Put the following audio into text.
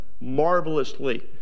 Marvelously